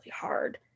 hard